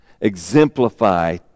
Exemplify